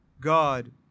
God